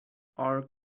are